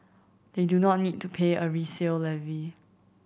they do not need to pay a resale levy